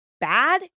bad